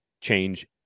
change